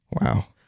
Wow